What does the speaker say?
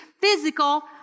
physical